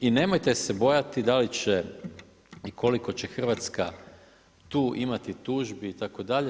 I nemojte se bojati da li će i koliko će Hrvatska tu imati tužbi itd.